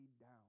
down